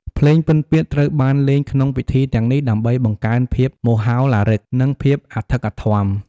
ភ្លេងពិណពាទ្យត្រូវបានលេងក្នុងពិធីទាំងនេះដើម្បីបង្កើនភាពមហោឡារឹក និងភាពអធិកអធម។